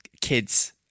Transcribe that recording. kids